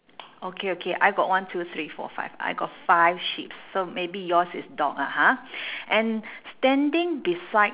okay okay I got one two three four five I got five sheeps so maybe yours is dog lah ha and standing beside